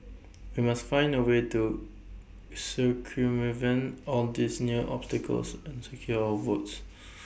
we must find A way to circumvent all these new obstacles and secure our votes